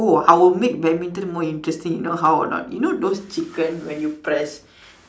who I will make badminton more interesting you know how or not you know those chicken when you press